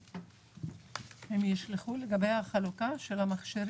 הם ישלחו לנו לגבי חלוקת המכשירים.